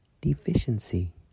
Deficiency